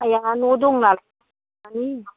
आय्या न' दं नालाय